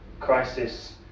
Crisis